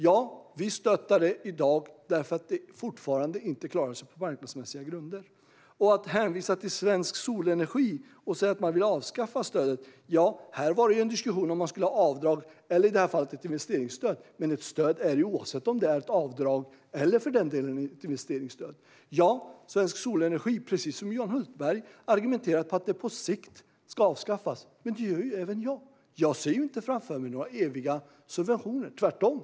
Ja, vi stöttar detta i dag därför att det fortfarande inte klarar sig på marknadsmässiga grunder. Man hänvisar till Svensk Solenergi och säger att de vill avskaffa stödet. Ja, det var en diskussion om huruvida man skulle ha avdrag eller, i det här fallet, ett investeringsstöd. Men ett stöd är det oavsett om det är ett avdrag eller, för den delen, ett investeringsstöd. Ja, Svensk Solenergi argumenterar för, precis som Johan Hultberg, att detta på sikt ska avskaffas. Men det gör även jag. Jag ser inte framför mig några eviga subventioner - tvärtom.